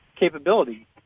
capability